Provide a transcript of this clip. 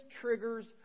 triggers